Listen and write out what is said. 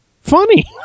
funny